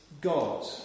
God